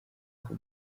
bwoko